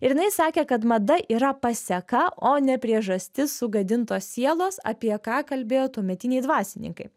ir jinai sakė kad mada yra paseka o ne priežastis sugadintos sielos apie ką kalbėjo tuometiniai dvasininkai